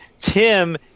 Tim